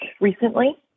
recently